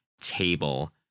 table